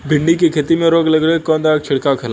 भिंडी की खेती में रोग लगने पर कौन दवा के छिड़काव खेला?